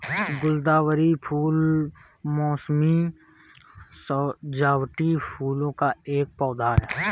गुलदावरी फूल मोसमी सजावटी फूलों का एक पौधा है